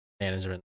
management